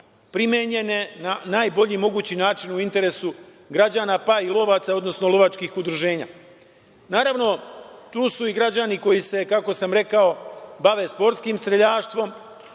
primenjene na najbolji mogući način u interesu građana, pa i lovaca, odnosno lovačkih udruženja. Naravno, tu si i građani koji se, kako sam rekao, bave sportskim streljaštvom,